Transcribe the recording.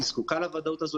היא זקוקה לוודאות הזאת,